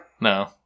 No